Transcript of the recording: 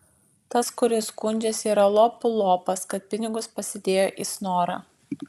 tas kuris skundžiasi yra lopų lopas kad pinigus pasidėjo į snorą